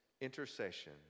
intercession